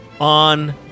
on